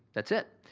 that's it.